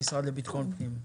המשרד לביטחון פנים.